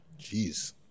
jeez